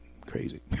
crazy